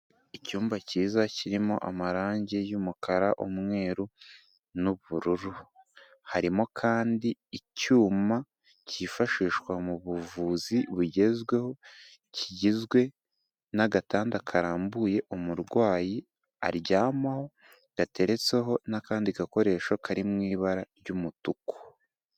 Icyumba cyiza kirimo amarangi y'umukara, umweru n'ubururu, harimo kandi icyuma cyifashishwa mu buvuzi bugezweho, kigizwe n'agatanda karambuye umurwayi aryamaho gateretseho n'akandi gakoresho kari mu ibara ry'umutuku.